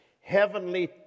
heavenly